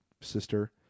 sister